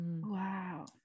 Wow